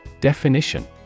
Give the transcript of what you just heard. Definition